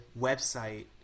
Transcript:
website